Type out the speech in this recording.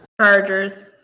Chargers